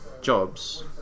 jobs